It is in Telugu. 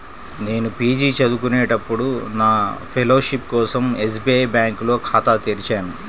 నేను పీజీ చదువుకునేటప్పుడు నా ఫెలోషిప్ కోసం ఎస్బీఐ బ్యేంకులో ఖాతా తెరిచాను